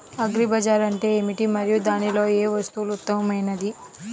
Agri bazaar అంటే ఏమిటి మరియు దానిలో ఏ వస్తువు ఉత్తమమైనది?